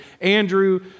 Andrew